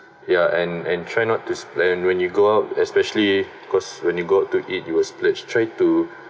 yeah and and try not spent when you go out especially cause when you go to eat you'll splurge try to